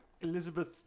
Elizabeth